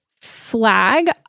flag